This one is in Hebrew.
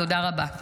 תודה רבה.